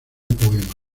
poema